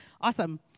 Awesome